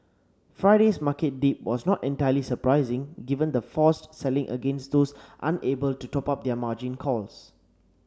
Friday's market dip was not entirely surprising given the forced selling against those unable to top up their margin calls